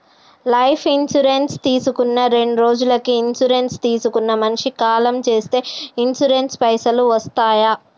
Life insurance తీసుకున్న రెండ్రోజులకి insurance తీసుకున్న మనిషి కాలం చేస్తే ఇన్సూరెన్స్ పైసల్ వస్తయా?